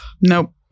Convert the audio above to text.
Nope